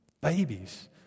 Babies